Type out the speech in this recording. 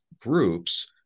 groups